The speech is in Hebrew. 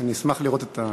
אני אשמח לראות את המסמך.